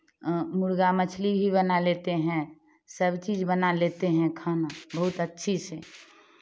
मुर्गा मछली भी बना लेते हैं सब चीज़ बना लेते हैं खाना बहुत अच्छी से